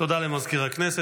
תודה למזכיר הכנסת.